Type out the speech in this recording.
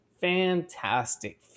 Fantastic